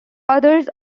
others